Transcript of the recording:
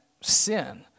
sin